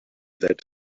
that